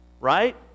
Right